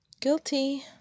Guilty